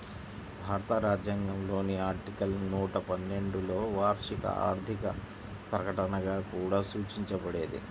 భారత రాజ్యాంగంలోని ఆర్టికల్ నూట పన్నెండులోవార్షిక ఆర్థిక ప్రకటనగా కూడా సూచించబడేది